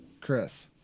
chris